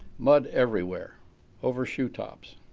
mud everywhere over shoe tops.